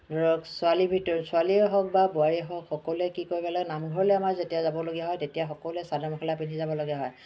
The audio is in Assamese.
ধৰক ছোৱালী ভিতৰত ধৰক ছোৱালীয়ে হওক বা বোৱাৰীয়ে হওক সকলোৱে কি কৰে পেলাই সকলোৱে আমাৰ নামঘৰলৈ যেতিয়া যাবলগীয়া হয় তেতিয়া সকলোৱে চাদৰ মেখেলা পিন্ধি যাবলগীয়া হয়